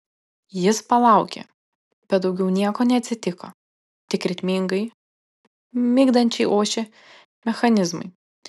jis palaukė bet daugiau nieko neatsitiko tik ritmingai migdančiai ošė mechanizmai